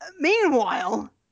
Meanwhile